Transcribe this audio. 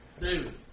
David